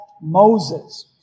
Moses